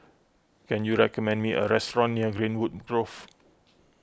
can you recommend me a restaurant near Greenwood Grove